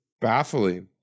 baffling